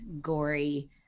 gory